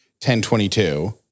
1022